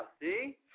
see